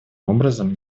образом